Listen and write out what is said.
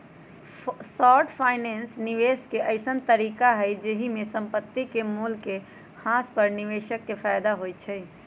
short finance निवेश के अइसँन तरीका हइ जाहिमे संपत्ति के मोल ह्रास पर निवेशक के फयदा होइ छइ